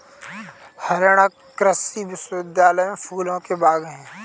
हरियाणा कृषि विश्वविद्यालय में फूलों के बाग हैं